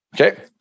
Okay